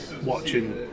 watching